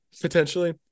Potentially